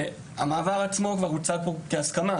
המעבר עצמו כבר הוצע פה כהסכמה,